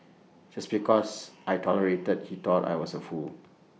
just because I tolerated he thought I was A fool